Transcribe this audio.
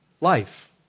Life